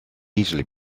easily